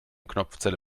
knopfzelle